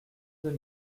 deux